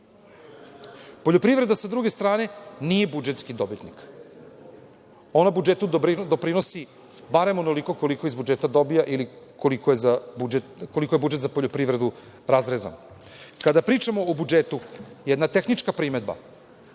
Poljoprivreda, sa druge strane, nije budžetski dobitnik. Ona budžetu doprinosi barem onoliko koliko iz budžeta dobija ili koliko je budžet za poljoprivredu razrezan. Kada pričamo o budžetu, jedna tehnička primedba,